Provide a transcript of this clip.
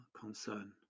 concern